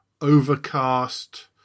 Overcast